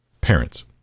parents